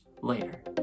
later